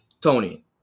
Tony